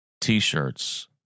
T-shirts